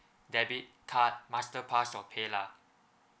debit card master pass or pay lah